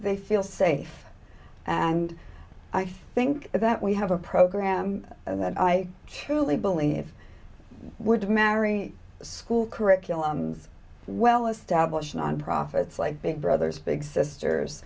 they feel safe and i think that we have a program that i truly believe would marry school curriculums well established non profits like big brothers big sisters